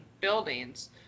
buildings